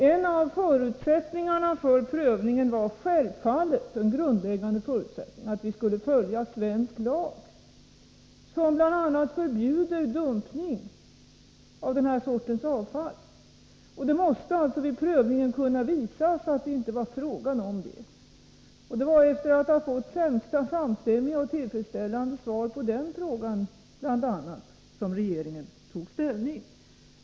En grundläggande förutsättning för prövningen var självfallet att vi skulle följa svensk lag, som bl.a. förbjuder dumpning av den här sortens avfall. Det måste alltså vid prövningen kunna visas att det inte var fråga om det. Det var efter att ha fått samstämmiga och tillfredsställande svar på bl.a. den frågan som regeringen tog ställning.